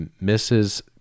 misses